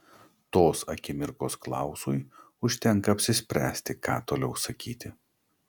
tos akimirkos klausui užtenka apsispręsti ką toliau sakyti